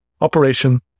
Operation